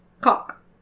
Cock